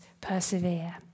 persevere